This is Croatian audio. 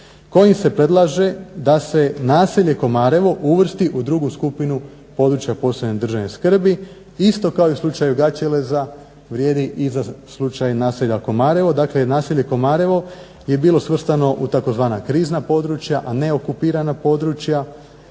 kojim se predlaže da se naselje Komarevo uvrsti u drugu skupinu područja posebne državne skrbi isto kao i u slučaju Gaćeleza vrijedi i za slučaj naselja Komarevo. Dakle, naselje Komarevo je bilo svrstano u tzv. krizna područja, a ne okupirana područja